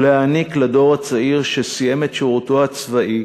ולהעניק לדור הצעיר שסיים את שירותו הצבאי